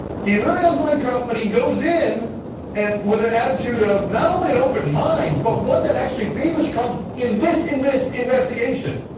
he really doesn't like trunk but he goes in and with an attitude of not only an open mind but one that actually favors trump in this in this investigation.